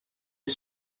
its